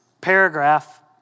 paragraph